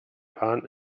bahn